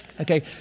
Okay